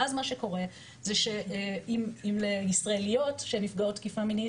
ואז מה שקורה שאם לישראליות שנפגעות תקיפה מינית